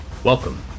Welcome